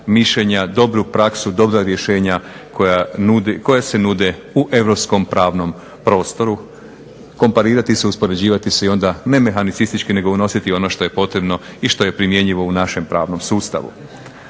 mišljenja, dobru praksu, dobra rješenja koja se nude u europskom pravnom prostoru, komparirati se i uspoređivati se i onda ne mehanicistički nego unositi ono što je potrebno i što je primjenjivo u našem pravnom sustavu.